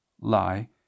lie